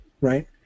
right